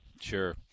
sure